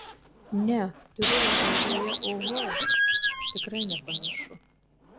ne turėjau galvoje oho tikrai nepanašu